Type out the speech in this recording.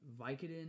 Vicodin